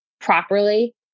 properly